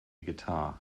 guitar